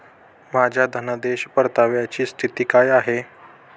माझ्या धनादेश परताव्याची स्थिती काय आहे?